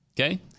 okay